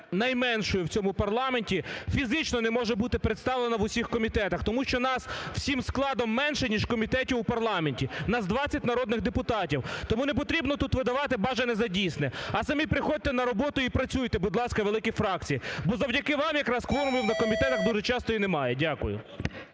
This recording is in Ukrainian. найменшою в цьому парламенті, фізично не може бути представлена у всіх комітетах. Тому що нас всім складом менше, ніж комітетів в парламенті. Нас 20 народних депутатів. Тому не потрібно тут видавати бажане за дійсне. А самі приходьте на роботу і працюйте, будь ласка, великі фракції. Бо завдяки вам якраз кворуму на комітетах дуже часто і немає. Дякую.